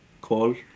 call